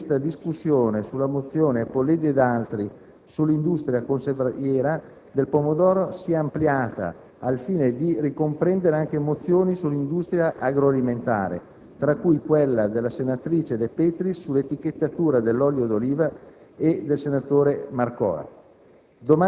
la prevista discussione sulla mozione Polledri ed altri sull'industria conserviera del pomodoro sia ampliata al fine di ricomprendere anche mozioni sull'industria agroalimentare, tra cui quella della senatrice De Petris sull'etichettatura dell'olio d'oliva e del senatore Marcora.